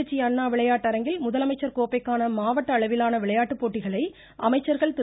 திருச்சி அண்ணா விளையாட்டரங்கில் முதலமைச்சர் கோப்பைக்கான மாவட்ட அளவிலான விளையாட்டுப போட்டிகளை அமைச்சர்கள் திரு